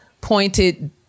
pointed